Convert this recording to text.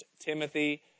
Timothy